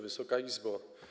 Wysoka Izbo!